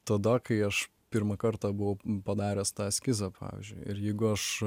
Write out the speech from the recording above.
tada kai aš pirmą kartą buvau padaręs tą eskizą pavyzdžiui jeigu aš